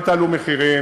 אל תעלו מחירים,